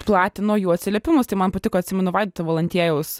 platino jų atsiliepimus tai man patiko atsimenu vaidoto valantiejaus